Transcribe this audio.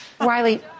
Riley